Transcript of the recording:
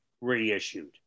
reissued